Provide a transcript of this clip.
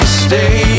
stay